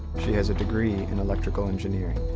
she has a degree in electrical engineering.